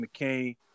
McCain